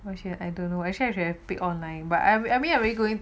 我现在 I don't know eh I should had pick online but I every really going